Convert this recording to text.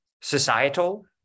societal